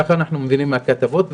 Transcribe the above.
כך אנחנו מבינים מהכתבות,